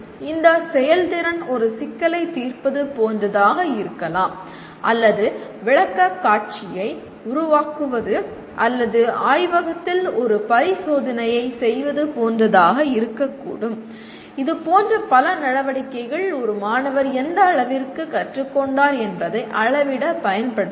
இந்த செயல்திறன் ஒரு சிக்கலைத் தீர்ப்பது போன்றதாக இருக்கலாம் அல்லது விளக்கக்காட்சியை உருவாக்குவது அல்லது ஆய்வகத்தில் ஒரு பரிசோதனையைச் செய்வது போன்றதாக இருக்கக்கூடும் இதுபோன்ற பல நடவடிக்கைகள் ஒரு மாணவர் எந்த அளவிற்கு கற்றுக்கொண்டார் என்பதை அளவிட பயன்படுகிறது